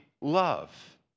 love